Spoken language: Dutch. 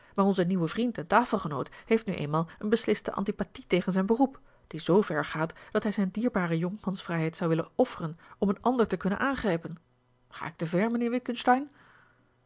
maar onze nieuwe vriend en tafelgenoot heeft nu eenmaal een besliste antipathie tegen zijn beroep die zoo ver gaat dat hij zijne dierbare jonkmansvrijheid zou willen offeren om een ander te kunnen aangrijpen ga ik te ver mijnheer